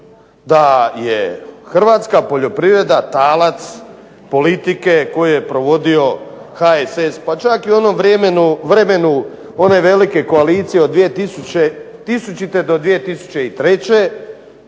da je hrvatska poljoprivreda talac politike koju je provodio HSS, pa čak i u onom vremenu one velike koalicije od 2000. do 2003.,